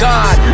God